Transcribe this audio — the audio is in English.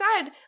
god